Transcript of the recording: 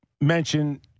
mention